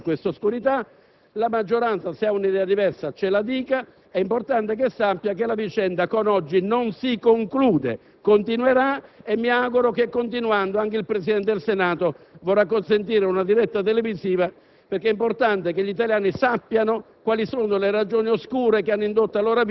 si cerca di chiudere questa vicenda dando una nostra interpretazione a tale oscurità. La maggioranza, se ha un'idea diversa, la esprima, ma è importante che sappia che la vicenda, con oggi, non si conclude. Continuerà, e mi auguro che continuando anche il Presidente del Senato vorrà consentire una diretta televisiva,